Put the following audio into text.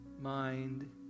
mind